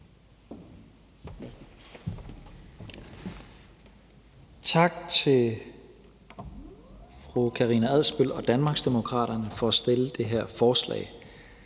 Tak til fru Karina Adsbøl og Danmarksdemokraterne for at fremsætte det her forslag.